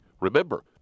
remember